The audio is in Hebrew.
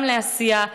גם לעשייה.